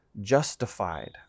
justified